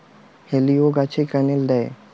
হেলিলিও গাছে ক্যানেল দেয়?